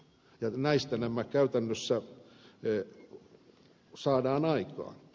näistä nämä käytännössä saadaan aikaan